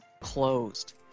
closed